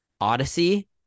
odyssey